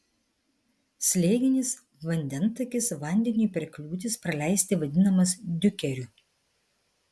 slėginis vandentakis vandeniui per kliūtis praleisti vadinamas diukeriu